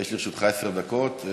יש לרשותך עשר דקות,